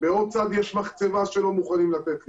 בעוד צד יש מחצבה שלא מוכנים לתת לי.